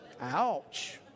Ouch